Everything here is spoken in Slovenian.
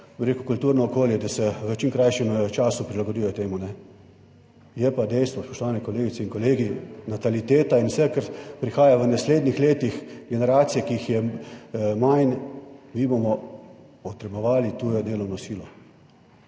da se v čim krajšem času prilagodijo temu. Je pa dejstvo, spoštovane kolegice in kolegi, nataliteta in vse, kar prihaja v naslednjih letih, generacije, ki jih je manj, mi bomo potrebovali tujo delovno silo.